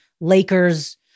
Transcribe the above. Lakers